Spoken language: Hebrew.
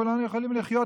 כולנו יכולים לחיות,